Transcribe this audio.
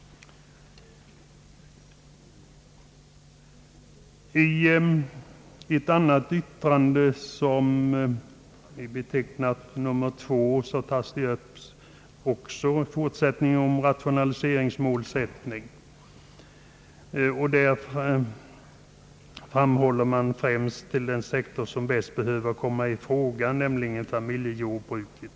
I ett annat yttrande, som är betecknat med nr 2, tas också upp frågan om ra tionaliseringsmålsättningen. I detta yttrande framhålls främst att den sektor som bäst behöver komma i fråga när det gäller rationaliseringsinsatser är familjejordbruket.